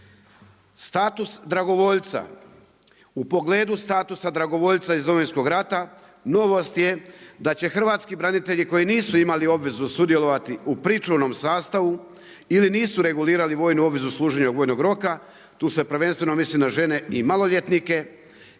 Status dragovoljca, u pogledu statusa dragovoljca iz Domovinskog rata, novost je da će hrvatski branitelji, koji nisu imali obvezu sudjelovati u pričuvnom sastavu ili nisu regulirali vojnu obvezu služenja vojnog roka, tu se prvenstveno misli na žene i maloljetnike,